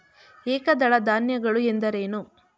ಏಕದಳ ಧಾನ್ಯಗಳು ಎಂದರೇನು?